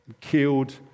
killed